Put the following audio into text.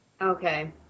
Okay